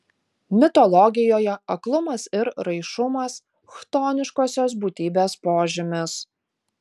mitologijoje aklumas ir raišumas chtoniškosios būtybės požymis